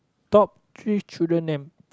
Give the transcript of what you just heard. top three children name